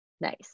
Nice